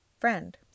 Friend